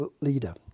leader